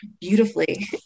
beautifully